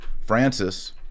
Francis